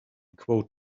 quote